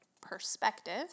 perspective